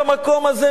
במקום הזה,